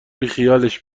بیخیالش